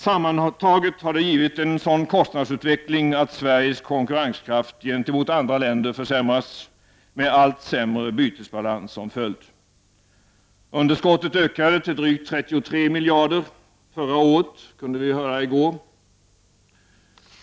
Sammantaget har det givit en sådan kostnadsutveckling att Sveriges konkurrenskraft gentemot andra länder försämras med allt sämre bytesbalans som följd. Underskottet ökade till drygt 33 miljarder förra året, som vi kunde höra i går.